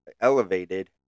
elevated